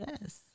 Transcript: Yes